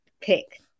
pick